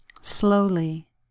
Slowly